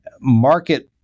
market